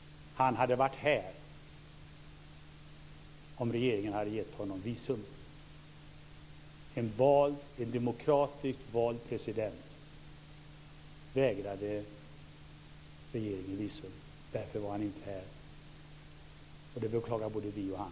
Han hade varit här om regeringen hade gett honom visum. Regeringen vägrade visum till en demokratiskt vald president. Därför var han inte här. Det beklagar både vi och han.